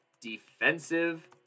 Defensive